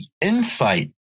insight